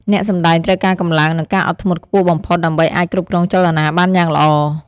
អ្នកសម្តែងត្រូវការកម្លាំង និងការអត់ធ្មត់ខ្ពស់បំផុត ដើម្បីអាចគ្រប់គ្រងចលនាបានយ៉ាងល្អ។